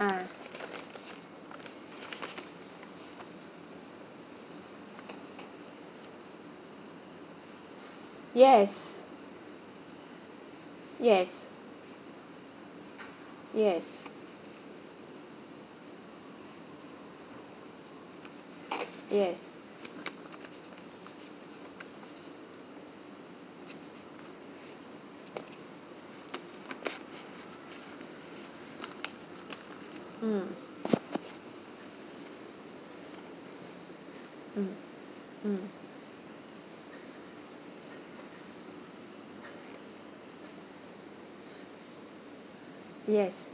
ah yes yes yes yes mm mm mm yes